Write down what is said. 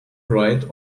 dried